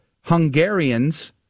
Hungarians